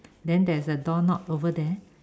then there's a door knob over there